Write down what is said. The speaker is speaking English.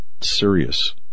serious